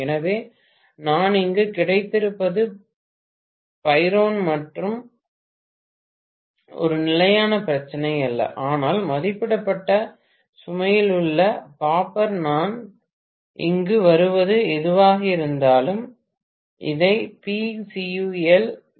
எனவே நான் இங்கு கிடைத்திருப்பது பைரோன் ஒரு நிலையான பிரச்சினை அல்ல ஆனால் மதிப்பிடப்பட்ட சுமையில் உள்ள பாப்பர் நான் இங்கு வருவது எதுவாக இருந்தாலும் இதை Pcu1 அல்லது அது போன்ற ஏதாவது என்று அழைக்கிறேன் எனவே Pcul 0